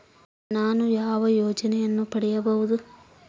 ನಾನು ಯಾವ ಯೋಜನೆಯನ್ನು ಪಡೆಯಬಹುದು?